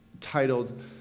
titled